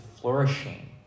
flourishing